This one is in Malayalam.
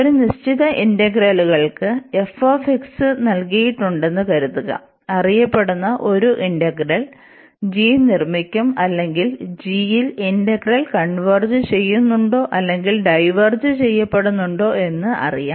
ഒരു നിശ്ചിത ഇന്റഗ്രലുകൾക്ക് f നൽകിയിട്ടുണ്ടെന്ന് കരുതുക അറിയപ്പെടുന്ന ഒരു ഇന്റഗ്രൽ g നിർമ്മിക്കും അല്ലെങ്കിൽ gയിൽ ഇന്റഗ്രൽ കൺവെർജ് ചെയുന്നുണ്ടോ അല്ലെങ്കിൽ ഡൈവേർജ് ചെയ്യപ്പെടുന്നുണ്ടോ എന്ന് അറിയാം